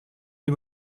des